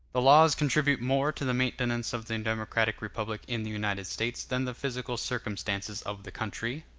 the laws contribute more to the maintenance of the democratic republic in the united states than the physical circumstances of the country,